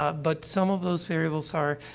but some of those variables are,